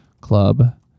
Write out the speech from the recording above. club